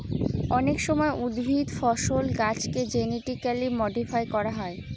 অনেক সময় উদ্ভিদ, ফসল, গাছেকে জেনেটিক্যালি মডিফাই করা হয়